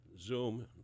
Zoom